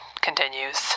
continues